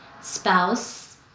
spouse